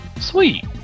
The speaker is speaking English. Sweet